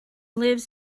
lives